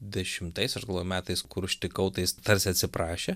dešimtais aš galvoju metais kur užtikau tai jis tarsi atsiprašė